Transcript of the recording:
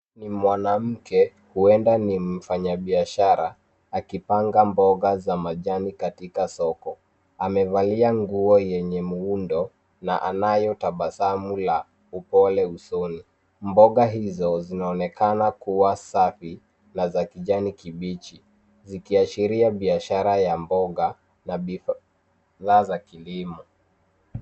Ni mwanamke huenda ni mfanyabiashara akipanga mboga za majani katika soko. Amevalia nguo yenye muundo na anayo tabasamu la upole usoni. Mboga hizo zinaonekana kuwa safi na za kijani kibichi zikiashiria biashara ya mboga na bidhaa za kilimo.